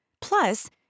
Plus